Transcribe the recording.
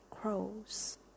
crows